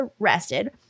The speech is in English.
arrested